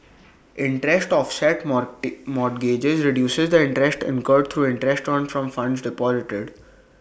interest offset mort mortgages reduces the interest incurred through interest earned from funds deposited